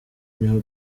niho